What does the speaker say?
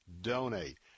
donate